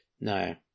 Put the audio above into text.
No